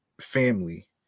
family